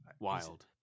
wild